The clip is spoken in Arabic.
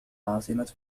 عاصمة